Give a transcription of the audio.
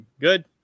good